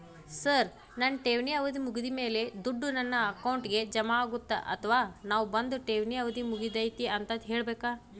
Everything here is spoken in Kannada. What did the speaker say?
ಸರ್ ನನ್ನ ಠೇವಣಿ ಅವಧಿ ಮುಗಿದಮೇಲೆ, ದುಡ್ಡು ನನ್ನ ಅಕೌಂಟ್ಗೆ ಜಮಾ ಆಗುತ್ತ ಅಥವಾ ನಾವ್ ಬಂದು ಠೇವಣಿ ಅವಧಿ ಮುಗದೈತಿ ಅಂತ ಹೇಳಬೇಕ?